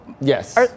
Yes